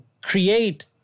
create